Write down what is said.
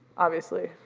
obviously.